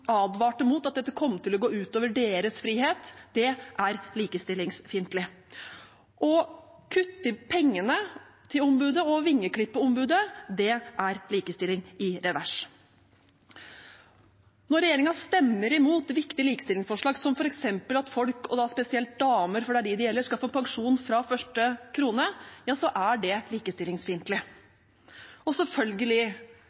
advarte mot at dette kom til å gå ut over deres frihet, er likestillingsfiendtlig. Å kutte i pengene til ombudet og vingeklippe det, er likestilling i revers. Når regjeringen stemmer imot viktige likestillingsforslag, som f.eks. at folk – og da spesielt damer, for det er dem det gjelder – skal få pensjon fra første krone, er det likestillingsfiendtlig. Og selvfølgelig er